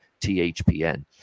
THPN